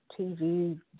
TV